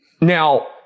now